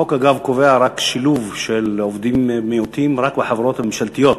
החוק קובע שילוב של עובדים בני מיעוטים רק בחברות הממשלתיות,